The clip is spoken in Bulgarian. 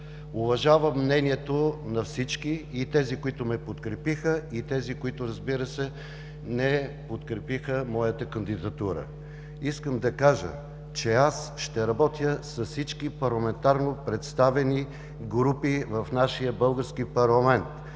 Уважавам мнението на всички – и тези, които ме подкрепиха, и тези, които не подкрепиха моята кандидатура. Искам да кажа, че аз ще работя с всички парламентарно представени групи в нашия български парламент.